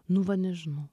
nu va nežinau